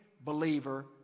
believer